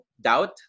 Doubt